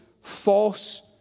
false